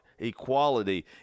equality